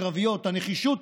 הקרביות: הנחישות,